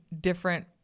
different